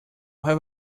have